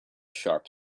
sharp